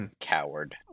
Coward